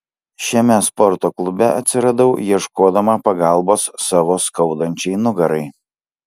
šiame sporto klube atsiradau ieškodama pagalbos savo skaudančiai nugarai